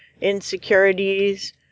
insecurities